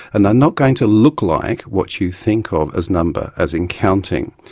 and they're not going to look like what you think of as number, as in counting.